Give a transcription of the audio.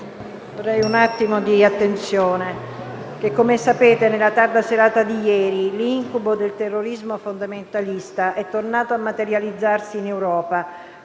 Onorevoli colleghi, come sapete, nella tarda serata di ieri l'incubo del terrorismo fondamentalista è tornato a materializzarsi in Europa,